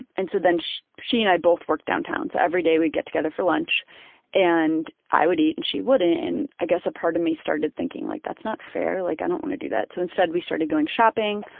and so then she she and i both worked downtown, so every day we'd get together for lunch and i would eat and she wouldn't and i guess a part of me started thinking, like that's not fair. like i don't want to do that. so instead we started going shopping.